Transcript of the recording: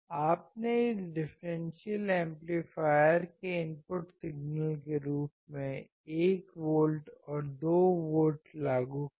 आपने इस differential amplifier के इनपुट सिग्नल के रूप में 1 वोल्ट और 2 वोल्ट लागू किए